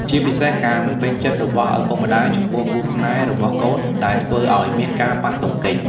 ជាពិសេស ការមិនពេញចិត្តរបស់ឪពុកម្តាយចំពោះគូស្នេហ៍របស់កូនដែលធ្វើឲ្យមានការប៉ះទង្គិច។